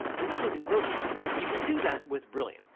including growth functions. and you can do that with brilliant.